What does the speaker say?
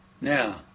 Now